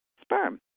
sperm